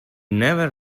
never